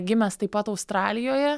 gimęs taip pat australijoje